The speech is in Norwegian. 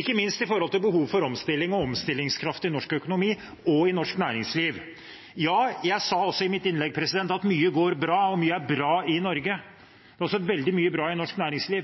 ikke minst når det gjelder behov for omstilling og omstillingskraft i norsk økonomi og i norsk næringsliv. Jeg sa i mitt innlegg at mye går bra og mye er bra i Norge. Det er også veldig mye bra i norsk næringsliv,